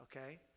okay